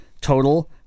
total